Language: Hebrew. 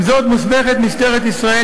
עם זאת, משטרת ישראל